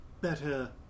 better